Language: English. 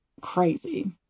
crazy